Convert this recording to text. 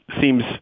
seems